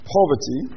Poverty